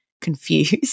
confused